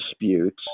disputes